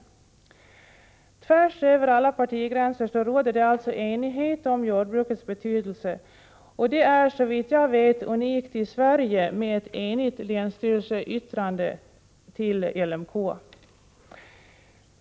Tvärs över alla partigränser råder alltså enighet om jordbrukets betydelse i detta fall, och detta är såvitt jag förstår det enda eniga länsstyrelseyttrandet över LMK:s betänkande.